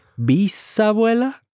bisabuela